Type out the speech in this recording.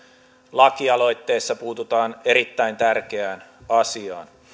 lakialoitteessa puututaan erittäin tärkeään asiaan